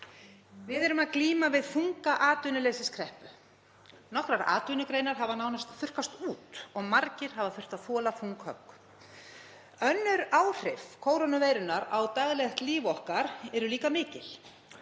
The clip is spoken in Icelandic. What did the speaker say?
Við erum að glíma við þunga atvinnuleysiskreppu. Nokkrar atvinnugreinar hafa nánast þurrkast út og margir hafa þurft að þola þung högg. Önnur áhrif kórónuveirunnar á daglegt líf okkar eru líka mikil